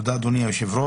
תודה, אדוני היושב-ראש.